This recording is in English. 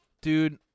dude